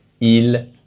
il